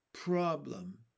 problem